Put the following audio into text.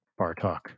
Bartok